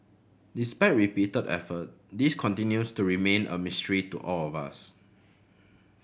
despite repeated effort this continues to remain a mystery to all of us